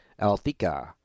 Althika